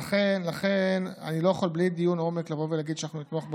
לכן אני לא יכול בלי דיון עומק לבוא ולהגיד שאנחנו נתמוך בהצעה.